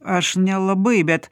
aš nelabai bet